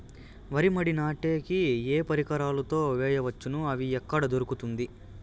వరి మడి నాటే కి ఏ పరికరాలు తో వేయవచ్చును అవి ఎక్కడ దొరుకుతుంది?